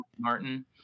Martin